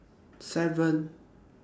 seven